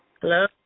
Hello